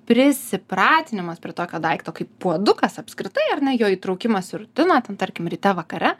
prisipratinimas prie tokio daikto kaip puodukas apskritai ar ne jo įtraukimas į rutiną ten tarkim ryte vakare